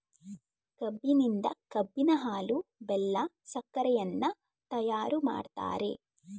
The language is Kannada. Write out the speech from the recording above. ಕಬ್ಬಿನಿಂದ ಕಬ್ಬಿನ ಹಾಲು, ಬೆಲ್ಲ, ಸಕ್ಕರೆಯನ್ನ ತಯಾರು ಮಾಡ್ತರೆ